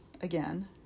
again